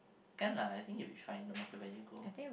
can lah I think you'll be fine no matter where you go